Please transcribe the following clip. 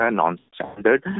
non-standard